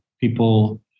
people